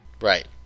Right